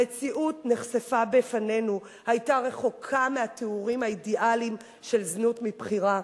המציאות שנחשפה בפנינו היתה רחוקה מהתיאורים האידיאליים של זנות מבחירה.